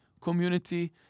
community